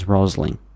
Rosling